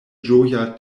ĝoja